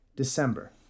December